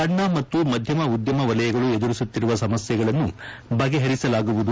ಸಣ್ಣ ಮತ್ತು ಮಧ್ಯಮ ಉದ್ದಮ ವಲಯಗಳು ಎದುರಿಸುತ್ತಿರುವ ಸಮಸ್ಕೆಗಳನ್ನು ಬಗೆಹರಿಸಲಾಗುವುದು